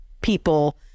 people